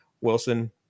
Wilson—